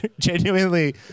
genuinely